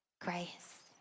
grace